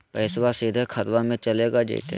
पैसाबा सीधे खतबा मे चलेगा जयते?